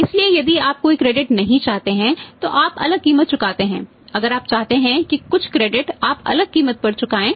इसलिए यदि आप कोई क्रेडिट चाहते हैं तो आप अलग कीमत चुकाएँ